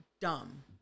dumb